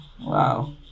Wow